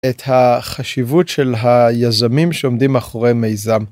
את החשיבות של היזמים שעומדים מאחורי מיזם.